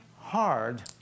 hard